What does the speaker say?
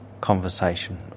conversation